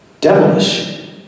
devilish